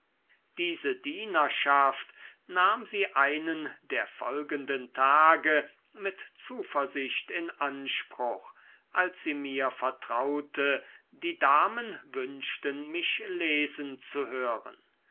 diese dienerschaft nahm sie einen der folgenden tage mit zuversicht in anspruch als sie mir vertraute die damen wünschten mich lesen zu hören